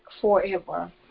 forever